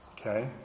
okay